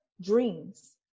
dreams